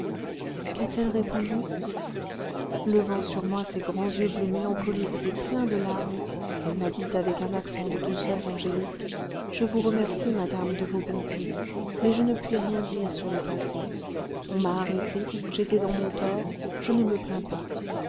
qu'a-t-elle répondu levant sur moi ses grands yeux bleus mélancoliques et pleins de larmes elle m'a dit avec un accent de douceur angélique je vous remercie madame de vos bontés mais je ne puis rien dire sur le passé on m'a arrêtée j'étais dans mon tort je ne me plains pas